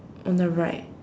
on the right